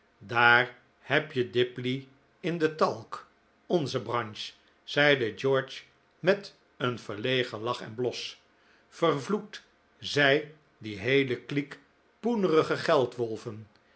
daar heb je dipley in de talk onze branche zeide george met een verlegen lach en bios vervloekt zij die heele kliek